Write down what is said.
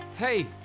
Hey